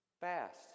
Fast